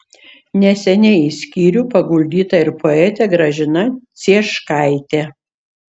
neseniai į skyrių paguldyta ir poetė gražina cieškaitė